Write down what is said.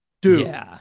Dude